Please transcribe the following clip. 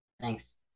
Thanks